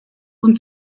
und